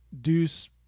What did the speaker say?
Deuce